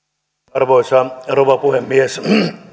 arvoisa rouva puhemies